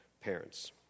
parents